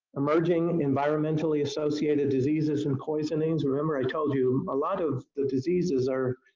emerging environmentally-associated diseases and poisonings. remember i told you a lot of the diseases are